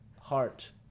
heart